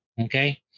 Okay